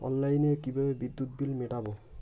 অনলাইনে কিভাবে বিদ্যুৎ বিল মেটাবো?